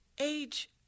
Age